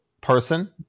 person